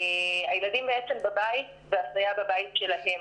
הילדים בעצם בבית והסייע בבית שלהם.